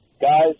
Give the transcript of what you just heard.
Guys